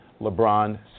Lebron